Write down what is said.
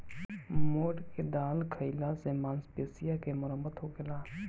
मोठ के दाल खाईला से मांसपेशी के मरम्मत होखेला